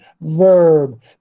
verb